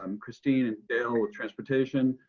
um christina and dale with transportation